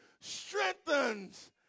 strengthens